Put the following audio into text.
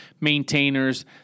maintainers